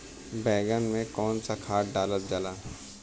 बैंगन में कवन सा खाद डालल जाला?